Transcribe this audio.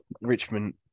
Richmond